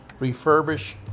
refurbish